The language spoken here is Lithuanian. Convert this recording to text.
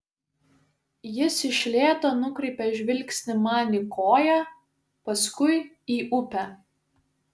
jis iš lėto nukreipia žvilgsnį man į koją paskui į upę